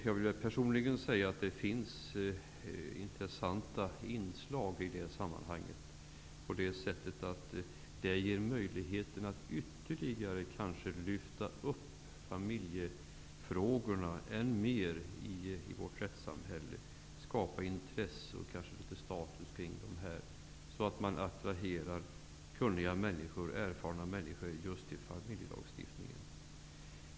För min personliga del anser jag att det finns intressanta inslag i sådana domstolar, eftersom de gör det möjligt att ytterligare lyfta fram familjerättsfrågorna i vårt rättssamhälle, att skapa intresse och kanske litet status kring dessa frågor. Då kan kunniga och erfarna människor attraheras till familjelagstiftningen.